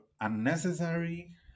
unnecessary